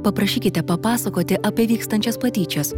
paprašykite papasakoti apie vykstančias patyčias